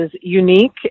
unique